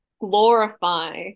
glorify